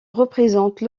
représente